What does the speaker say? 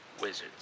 wizards